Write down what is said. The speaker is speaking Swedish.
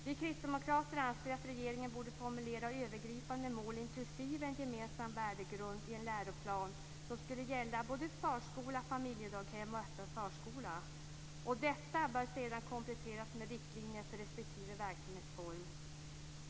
Vi kristdemokrater anser att regeringen borde formulera övergripande mål inklusive en gemensam värdegrund i en läroplan som skulle gälla förskola, familjedaghem och öppen förskola. Detta bär sedan kompletteras med riktlinjer för respektive verksamhetsform.